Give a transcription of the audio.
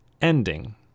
Ending